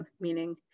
meaning